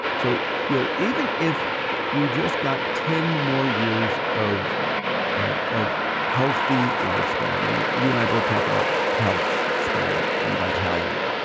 so you know even if we just got ten more years of of healthy lifespan, and you and i both talk about health span and vitality.